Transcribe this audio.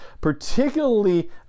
particularly